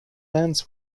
lands